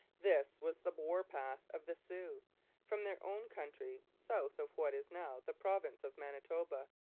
this was the war-path of the sioux from their own country, south of what is now the province of manitoba,